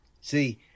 see